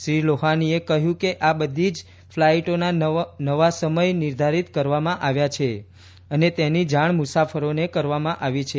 શ્રી લોહાનીએ કહયું કે આ બધી જ ફલાઈટોના નવા સમય નિર્ધારીત કરવામાં આવ્યા છે અને તેની જાણ મુસાફરોને કરવામાં આવી હતી